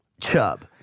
chub